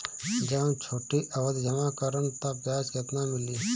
जब हम छोटी अवधि जमा करम त ब्याज केतना मिली?